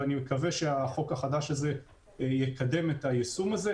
ואני מקווה שהחוק החדש הזה יקדם את היישום הזה.